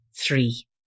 Three